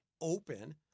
open